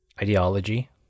ideology